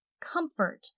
comfort